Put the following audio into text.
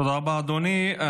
תודה רבה, אדוני.